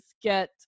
get